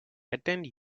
attend